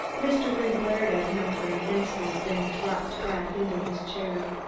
mr. wynne glared at him for an instant, then dropped back into his chair.